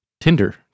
Tinder